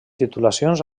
titulacions